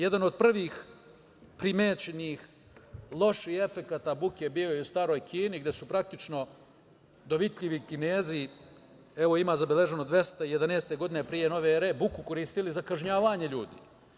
Jedan od prvih primećenih loših efekata buke bio je u staroj Kini gde su praktično dovitljivi Kinezi, evo ima zabeleženo 211. godine p.n.e. buku koristili za kažnjavanje ljudi.